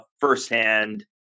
firsthand